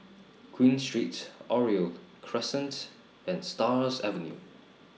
Queen Street Oriole Crescent and Stars Avenue